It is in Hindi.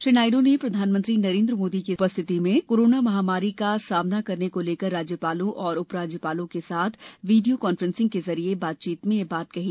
श्री नायडू ने प्रधानमंत्री नरेंद्र मोदी की उपस्थिति में कोरोना महामारी का सामना करने को लेकर राज्यपालों और उप राज्यपालों के साथ वीडियो कॉन्फ्रेन्सिंग के जरिए बातचीत में यह बात कही